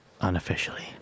unofficially